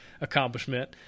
accomplishment